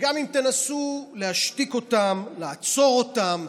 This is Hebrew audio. וגם אם תנסו להשתיק אותם, לעצור אותם,